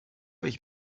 ich